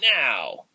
now